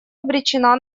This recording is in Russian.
обречена